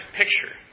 picture